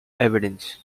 evidence